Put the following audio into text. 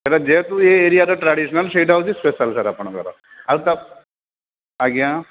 ସେଇଟା ଯେହେତୁ ଏ ଏରିଆର ଟ୍ରାଡ଼ିସ୍ନାଲ୍ ସେଇଟା ହେଉଛି ସ୍ପେଶାଲ୍ ସାର୍ ଆପଣଙ୍କର ଆଉ ତା ଆଜ୍ଞା